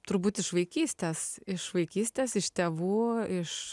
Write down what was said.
turbūt iš vaikystės iš vaikystės iš tėvų iš